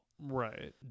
Right